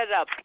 up